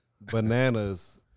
bananas